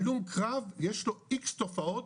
הלום קרב יש לו איקס תופעות